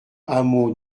hameau